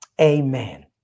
Amen